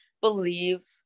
believe